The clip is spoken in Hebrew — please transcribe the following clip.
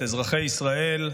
אזרחי ישראל,